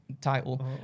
title